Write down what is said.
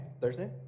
Thursday